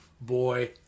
Boy